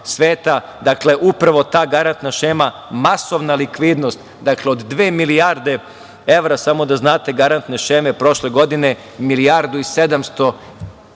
upravo ta garantna šema masovna likvidnost, dakle od dve milijarde evra, samo da znate, garantne šeme prošle godine milijardu i 700 miliona